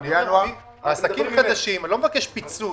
אני לא מבקש פיצוי,